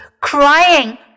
Crying